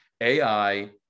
AI